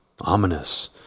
ominous